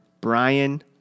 Brian